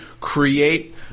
create